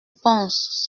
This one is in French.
pense